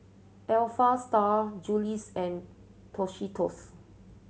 Alpha Style Julie's and Tostitos